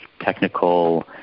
technical